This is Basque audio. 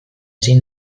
ezin